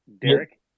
derek